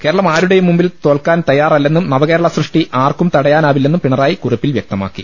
കേരളം ആരുടെയും മുന്നിൽ തോൽക്കാൻ തയ്യാറല്ലെന്നും നവകേരള സൃഷ്ടി ആർക്കും തടയാനാവില്ലെന്നും പിണറായി കുറിപ്പിൽ വ്യക്തമാക്കി